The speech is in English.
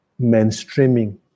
mainstreaming